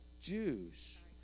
Jews